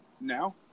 now